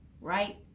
right